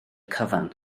cyfan